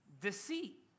deceit